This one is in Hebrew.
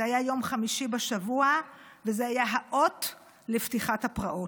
זה היה יום חמישי בשבוע וזה היה האות לפתיחת הפרעות.